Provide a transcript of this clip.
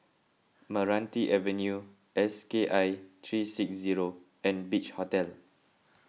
Meranti Avenue S K I three six zero and Beach Hotel